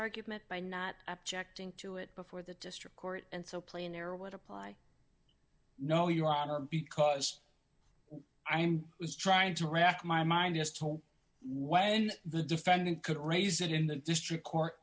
argument by not objecting to it before the district court and so plain error would apply no you honor because i'm trying to rack my mind as to when the defendant could raise it in the district court